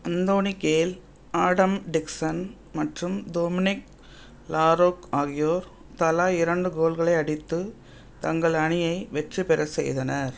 Anthony Gale Adam Dixon மற்றும் Dominic Laroque ஆகியோர் தலா இரண்டு கோல்களை அடித்து தங்கள் அணியை வெற்றி பெறச் செய்தனர்